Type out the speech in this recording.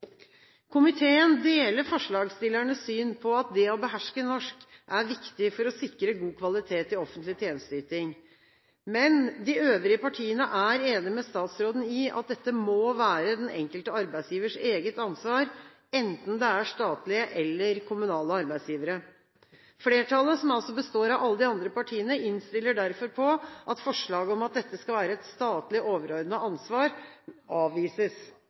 Komiteen deler forslagsstillernes syn på at det å beherske norsk er viktig for å sikre god kvalitet i offentlig tjenesteyting, men de øvrige partiene er enige med statsråden i at dette må være den enkelte arbeidsgivers eget ansvar, enten det er statlige eller kommunale arbeidsgivere. Flertallet, som består av alle de andre partiene, innstiller derfor på at forslaget om at dette skal være et statlig, overordnet ansvar, avvises.